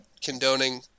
condoning